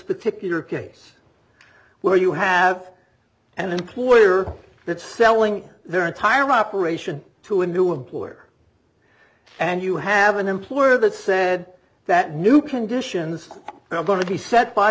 particular case well you have an employer that's selling their entire operation to a new employer and you have an employer that said that new conditions are going to be set by